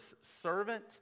servant